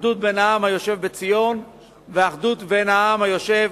אחדות בין העם היושב בציון ואחדות בין העם היושב